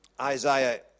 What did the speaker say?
Isaiah